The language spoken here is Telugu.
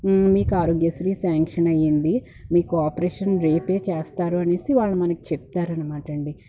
మీకు ఆరోగ్యశ్రీ స్యాన్క్షన్ అయ్యింది మీకు ఆపరేషన్ రేపే చేస్తారు అనేసి వాళ్ళు మనకి చెప్తారన్నమాట అండీ